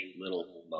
little